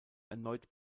erneut